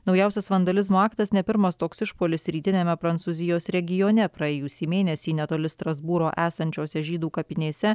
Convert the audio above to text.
naujausias vandalizmo aktas ne pirmas toks išpuolis rytiniame prancūzijos regione praėjusį mėnesį netoli strasbūro esančiose žydų kapinėse